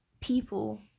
people